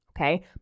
Okay